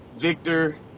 Victor